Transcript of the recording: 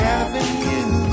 avenue